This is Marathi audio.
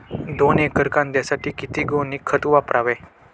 दोन एकर कांद्यासाठी किती गोणी खत वापरावे?